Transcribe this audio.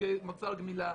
כמוצר גמילה.